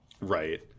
Right